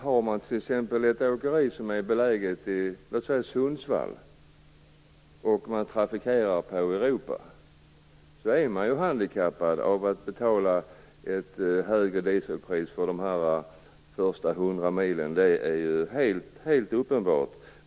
Har man ett åkeri som är beläget i t.ex. Sundsvall och trafikerar Europa så är man handikappad av att betala ett högre dieselpris för de första hundra milen. Det är ju helt uppenbart.